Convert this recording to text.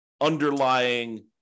underlying